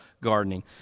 Gardening